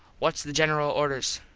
whats the general orders?